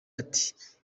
riti